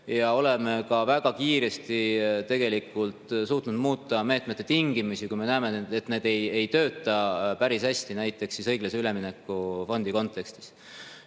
Oleme ka väga kiiresti tegelikult suutnud muuta meetmete tingimusi, kui me näeme, et need ei tööta päris hästi, näiteks õiglase ülemineku fondi kontekstis.